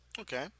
Okay